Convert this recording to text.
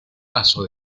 paso